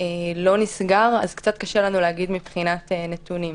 לא נסגר אז קשה לנו לומר מבחינת נתונים.